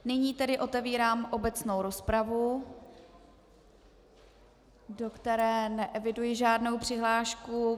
Nyní tedy otevírám obecnou rozpravu, do které neeviduji žádnou přihlášku.